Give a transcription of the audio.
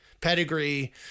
pedigree